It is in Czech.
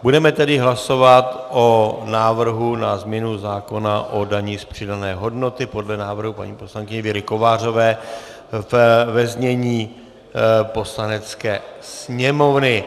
Budeme tedy hlasovat o návrhu na změnu zákona o dani z přidané hodnoty podle návrhu paní poslankyně Věry Kovářové ve znění Poslanecké sněmovny.